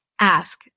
ask